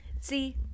See